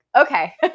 okay